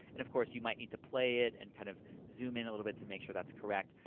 and of course, you might need to play it and kind of zoom in a little bit to make sure that's correct.